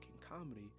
comedy